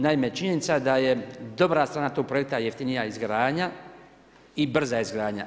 Naime, činjenica da je dobra strana tog projekta jeftinija izgradnja i brza izgradnja.